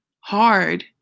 hard